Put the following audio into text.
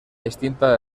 distinta